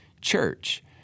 church